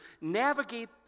navigate